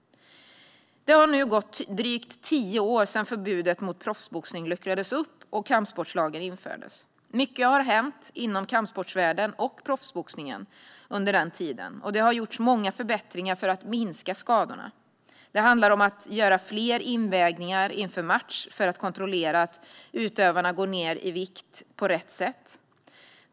Det har nu gått drygt tio år sedan förbudet mot proffsboxning luckrades upp och kampsportslagen infördes. Mycket har hänt inom kampsportsvärlden och proffsboxningen under den tiden, och det har gjorts många förbättringar för att minska skadorna. Det handlar om att göra flera invägningar inför match för att kontrollera att utövarna går ned i vikt på rätt sätt.